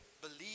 believe